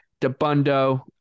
DeBundo